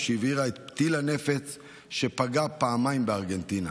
שהעבירה את פתיל הנפץ שפגע פעמיים בארגנטינה.